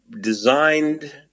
designed